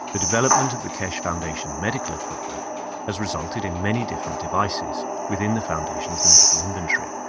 the development of the keshe foundation medical equipment has resulted in many different devices within the foundation's medical inventory.